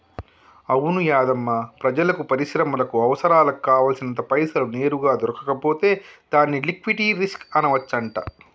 అవును యాధమ్మా ప్రజలకు పరిశ్రమలకు అవసరాలకు కావాల్సినంత పైసలు నేరుగా దొరకకపోతే దాన్ని లిక్విటీ రిస్క్ అనవచ్చంట